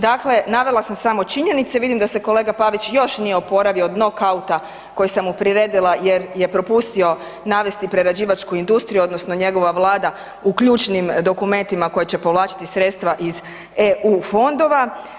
Dakle, navela sam samo činjenice, vidim da se kolega Pavić još nije oporavio od nokauta koji sam mu priredila jer je propustio navesti prerađivačku industriju odnosno njegova vlada u ključnim dokumentima koja će povlačiti sredstva iz EU fondova.